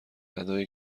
ادای